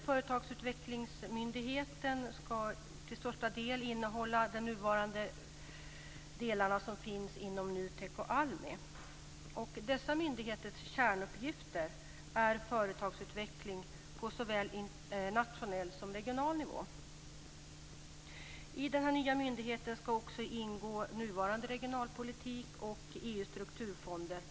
Företagsutvecklingsmyndigheten ska till största delen innehålla de nuvarande delarna som finns inom NUTEK och ALMI. Dessa myndigheters kärnuppgifter är företagsutveckling på såväl nationell som regional nivå. I den här nya myndigheten ska också nuvarande regionalpolitik och EU:s strukturfonder ingå.